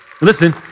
listen